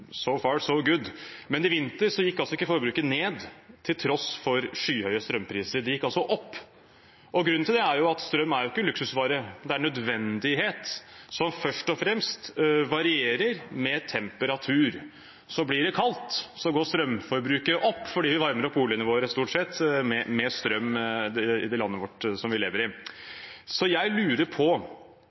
far so good! Men i vinter gikk ikke strømforbruket ned til tross for skyhøye strømpriser. Det gikk opp. Grunnen til det er at strøm ikke er en luksusvare; det er en nødvendighet, som først og fremst varierer med temperatur. Blir det kaldt, går strømforbruket opp, fordi vi varmer opp boligene våre med strøm, stort sett, i landet vårt. Jeg lurer på om statsråden kan utdype det han sa til Dagsavisen, hvor det